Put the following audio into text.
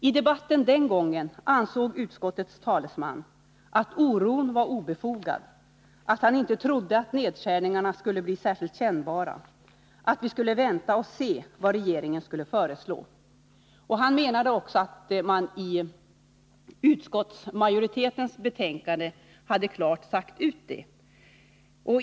I debatten den gången ansåg utskottets talesman att oron var obefogad. Han trodde inte att nedskärningarna skulle bli särskilt kännbara. Han menade att vi skulle vänta och se vad regeringen skulle föreslå. Han menade också att utskottsmajoriteten i betänkandet klart hade sagt ut detta.